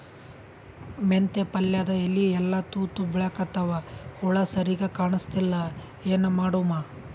ಮೆಂತೆ ಪಲ್ಯಾದ ಎಲಿ ಎಲ್ಲಾ ತೂತ ಬಿಳಿಕತ್ತಾವ, ಹುಳ ಸರಿಗ ಕಾಣಸ್ತಿಲ್ಲ, ಏನ ಮಾಡಮು?